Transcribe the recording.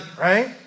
right